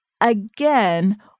again